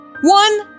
one